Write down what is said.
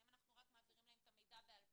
האם אנחנו מעבירים להם את המידע בעל פה?